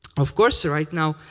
of course, right now,